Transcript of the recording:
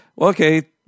okay